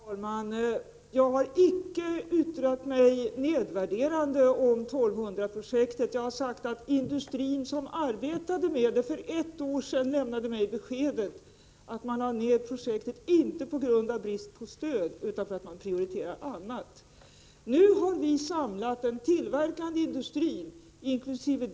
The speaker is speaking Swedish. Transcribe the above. Herr talman! Jag har icke yttrat mig nedvärderande om 1200-projektet. Jag har sagt att den industri som arbetade med detta för ett år sedan lämnade mig beskedet att den lade ned projektet inte på grund av brist på stöd utan därför att den prioriterade annat. Nu har regeringen samlat den tillverkande industrin inkl.